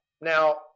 Now